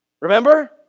Remember